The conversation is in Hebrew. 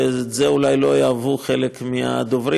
ואת זה אולי לא יאהבו חלק מהדוברים,